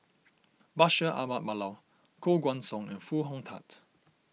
Bashir Ahmad Mallal Koh Guan Song and Foo Hong Tatt